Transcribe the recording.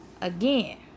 Again